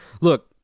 look